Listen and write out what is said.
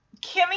Kimmy